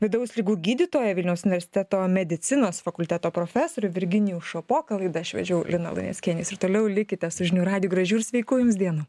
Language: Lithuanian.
vidaus ligų gydytoją vilniaus universiteto medicinos fakulteto profesorių virginijų šapoką laidą aš vedžiau lina luneckienė ir toliau likite su žinių radiju gražių ir sveikų jums dienų